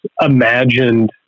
imagined